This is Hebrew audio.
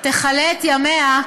תכלה את ימיה,